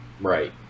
right